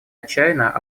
отчаяния